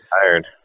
tired